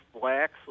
blacks